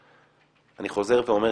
אני חוזר ואומר,